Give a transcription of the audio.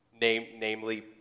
namely